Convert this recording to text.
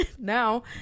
now